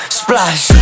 splash